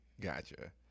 Gotcha